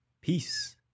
peace